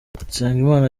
nsengimana